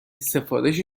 سفارش